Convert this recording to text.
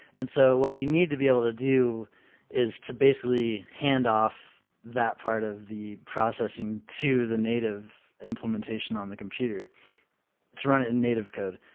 and so what you need to be able to do is to basically handoff that part of the processing to the native implementation on the computer to run it in native code.